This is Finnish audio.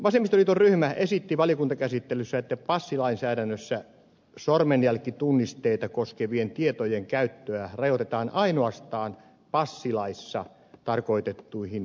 vasemmistoliiton ryhmä esitti valiokuntakäsittelyssä että passilainsäädännössä sormenjälkitunnisteita koskevien tietojen käyttöä rajoitetaan ainoastaan passilaissa tarkoitettuihin käyttötarkoituksiin